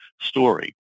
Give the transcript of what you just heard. story